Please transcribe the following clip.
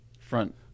front